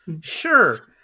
Sure